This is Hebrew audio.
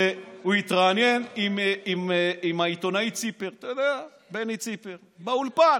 והוא התראיין עם העיתונאי בני ציפר באולפן.